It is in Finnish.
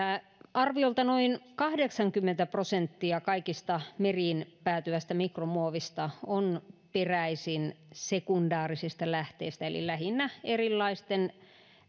arviolta noin kahdeksankymmentä prosenttia kaikesta meriin päätyvästä mikromuovista on peräisin sekundaarisista lähteistä eli lähinnä erilaisten